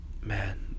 man